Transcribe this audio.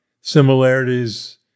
similarities